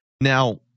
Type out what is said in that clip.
Now